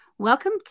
Welcome